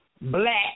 black